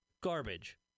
garbage